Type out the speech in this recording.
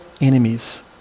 enemies